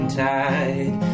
tide